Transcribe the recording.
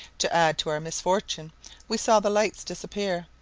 to add to our misfortune we saw the lights disappear,